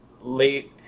late